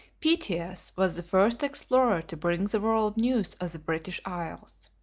pytheas was the first explorer to bring the world news of the british isles.